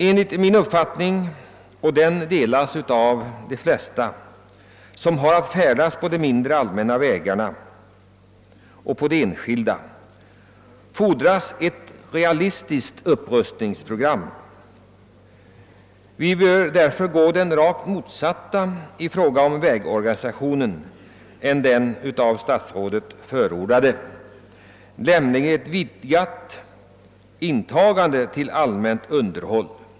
Enligt min uppfattning, vilken delas av de flesta som har att färdas på de mindre allmänna vägarna och på de enskilda, fordras det ett realistiskt upprustningsprogram. Vi bör därför i fråga om vägorganisationen gå i den rakt motsatta riktningen mot den av statsrådet förordade och sålunda gå in för ett utökat intagande av vägar till allmänt underhåll.